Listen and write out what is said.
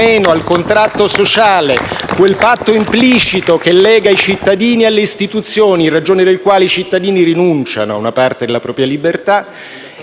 al contratto sociale, quel patto implicito che lega i cittadini alle istituzioni, in ragione del quale i cittadini rinunciano a una parte della propria libertà